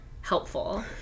helpful